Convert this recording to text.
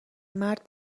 مرد